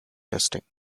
testing